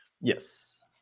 Yes